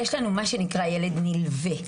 יש לנו מה שנקרא ילד נלווה.